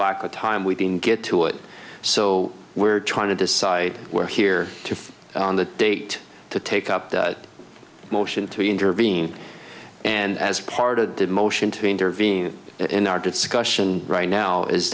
lack of time we can get to it so we're trying to decide where here if on the date to take up the motion to intervene and as part of did motion to intervene in our discussion right now is